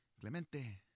Clemente